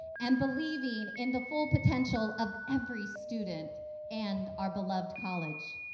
and believing in the full potential of every student and our beloved college.